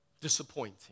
disappointing